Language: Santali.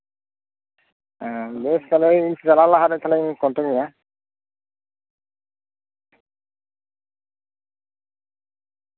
ᱦᱮᱸ ᱵᱮᱥ ᱛᱟᱞᱦᱮ ᱤᱧ ᱪᱟᱞᱟᱜ ᱞᱟᱦᱟ ᱨᱤᱧ ᱠᱚᱱᱴᱟᱠᱴ ᱢᱮᱭᱟ